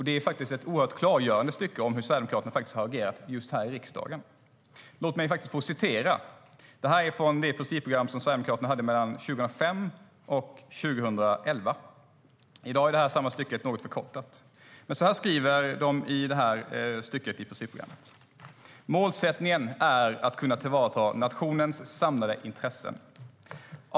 Det är ett oerhört klargörande stycke om hur Sverigedemokraterna faktiskt har agerat just här i riksdagen. Jag ska läsa upp ett stycke från Sverigedemokraternas principprogram mellan 2005 och 2011, som i dag är något förkortat. Där står följande:Målsättningen är att kunna tillvarata nationens samlade intressen.